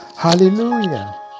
hallelujah